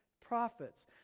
prophets